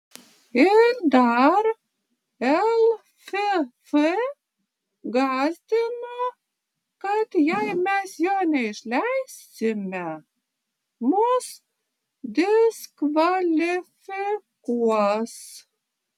ir dar lff gąsdino kad jei mes jo neišleisime mus diskvalifikuos